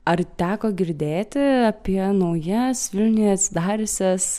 ar teko girdėti apie naujas vilniuje atsidariusias